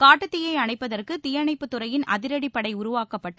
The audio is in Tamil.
காட்டுத் தீயை அணைப்பதற்கு தீயணைப்புத் துறையின் அதிரடிப் படை உருவாக்கப்பட்டு